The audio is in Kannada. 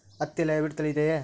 ಹತ್ತಿಯಲ್ಲಿ ಹೈಬ್ರಿಡ್ ತಳಿ ಇದೆಯೇ?